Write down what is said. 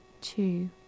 two